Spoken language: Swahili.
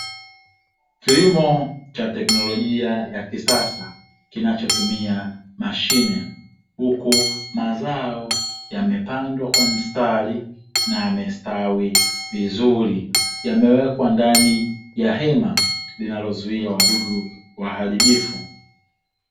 Kilimo cha teknolojia ya kisasa kinachotumia mashine huku mazao yamepandwa kwa mstari na yamestawi vizuri, yamewekwa ndani ya hema linalozuia wadudu waharibifu.